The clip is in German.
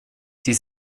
sie